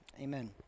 Amen